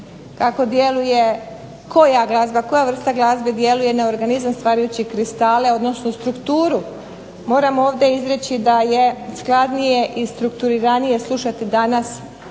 koja glazba, koja vrsta glazbe djeluje na organizam stvarajući kristale, odnosno strukturu, moram ovdje izreći da je skladnije i strukturiranije slušati danas